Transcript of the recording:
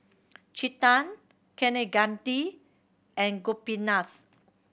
Chetan Kaneganti and Gopinath